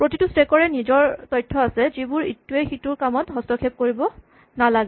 প্ৰতিটো স্টেক ৰে নিজৰ তথ্য আছে যাতে ইটোৱে সিটোৰ কামত হস্তক্ষেপ কৰিব নালাগে